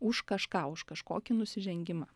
už kažką už kažkokį nusižengimą